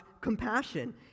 compassion